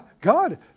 God